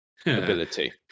ability